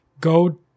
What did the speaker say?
go